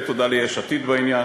ותודה ליש עתיד בעניין.